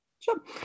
Sure